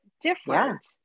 different